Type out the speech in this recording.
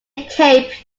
cape